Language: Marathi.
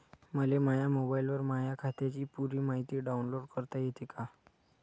मले माह्या मोबाईलवर माह्या खात्याची पुरी मायती डाऊनलोड करता येते का?